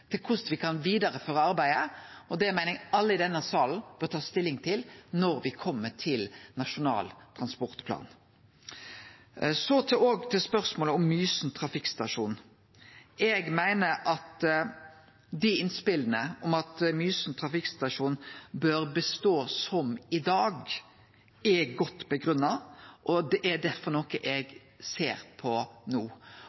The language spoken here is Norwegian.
til korleis me kan vidareføre arbeidet, og det meiner eg alle i denne salen bør ta stilling til når me kjem til Nasjonal transportplan. Så til spørsmålet om Mysen trafikkstasjon. Eg meiner innspela om at Mysen trafikkstasjon bør bestå som i dag, er godt grunngitt, og det er derfor noko eg